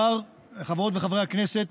חברות וחברי הכנסת,